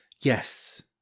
Yes